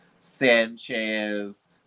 Sanchez